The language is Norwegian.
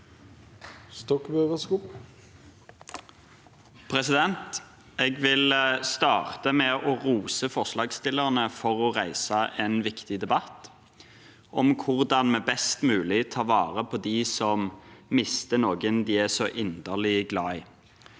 Jeg vil starte med å rose forslagsstillerne for å reise en viktig debatt om hvordan vi best mulig tar vare på dem som mister noen de er så inderlig glad i.